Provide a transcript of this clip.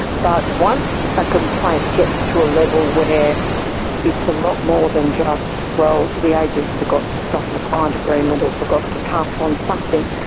but once a complaint gets to a level where it's a lot more than just, well, the agent forgot to sign a client agreement of forgot to pass on something,